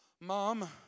mom